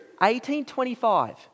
1825